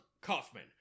Kaufman